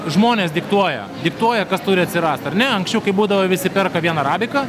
žmonės diktuoja diktuoja kas turi atsirast ar ne anksčiau kai būdavo visi perka vien arabiką